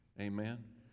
amen